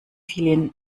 vielen